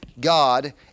God